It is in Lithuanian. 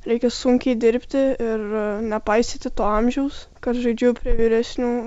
reikia sunkiai dirbti ir nepaisyti to amžiaus kad žaidžiu prie vyresnių